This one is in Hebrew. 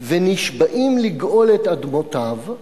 ונשבעים לגאול את אדמותיו.